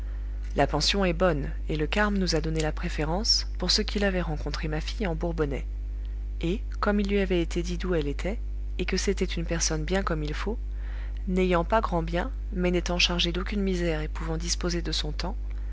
la pension est bonne et le carme nous a donné la préférence pour ce qu'il avait rencontré ma fille en bourbonnais et comme il lui avait été dit d'où elle était et que c'était une personne bien comme il faut n'ayant pas grand bien mais n'étant chargée d'aucune misère et pouvant disposer de son temps